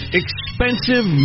expensive